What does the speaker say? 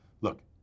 Look